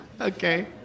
Okay